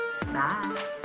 Bye